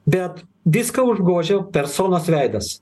bet viską užgožia personos veidas